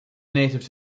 native